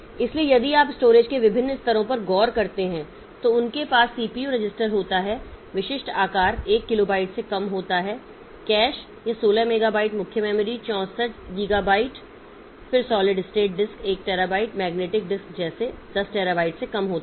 इसलिए यदि आप स्टोरेज के विभिन्न स्तरों पर गौर करते हैं तो उनके पास सीपीयू रजिस्टर होता है विशिष्ट आकार 1 किलोबाइट से कम होता है कैश यह 16 मेगाबाइट मुख्य मेमोरी 64 गीगाबाइट फिर solid state disk 1 terabyte magnetic disk जैसे 10 टेराबाइट से कम होता है